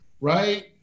right